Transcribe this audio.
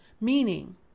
Meaning